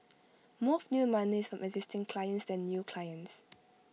more of new money is from existing clients than new clients